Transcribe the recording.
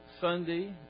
Sunday